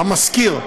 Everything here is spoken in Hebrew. המשכיר,